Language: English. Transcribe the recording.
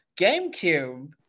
GameCube